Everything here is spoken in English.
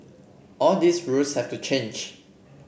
all these rules have to change